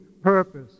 purpose